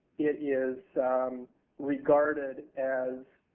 it is regarded as